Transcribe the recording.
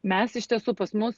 mes iš tiesų pas mus